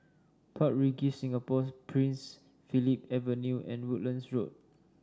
Park Regis Singapore Prince Philip Avenue and Woodlands Road